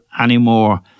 anymore